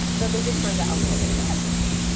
though, they did present a little bit of it. as you'll see,